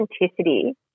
authenticity